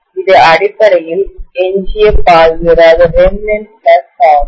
இது அடிப்படையில் எஞ்சிய பாய்வுரெம்நண்ட் ஃப்ளக்ஸ் ஆகும்